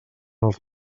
els